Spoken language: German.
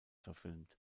verfilmt